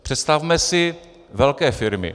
Představme si velké firmy.